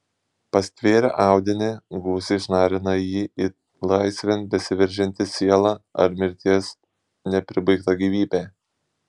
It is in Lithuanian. pastvėrę audinį gūsiai šnarina jį it laisvėn besiveržianti siela ar mirties nepribaigta gyvybė